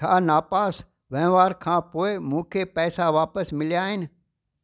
छा नापास वहिंवार खां पोएं मूंखे पैसा वापसि मिलिया आहिनि